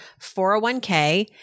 401k